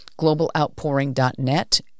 globaloutpouring.net